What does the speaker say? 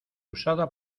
usada